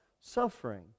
suffering